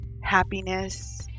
happiness